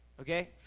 okay